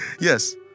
Yes